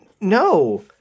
no